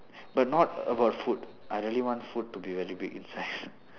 but not about food I really want food to be very big in size